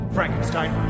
Frankenstein